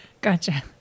gotcha